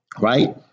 right